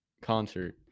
concert